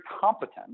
competent